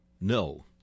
No